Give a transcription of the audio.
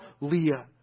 Leah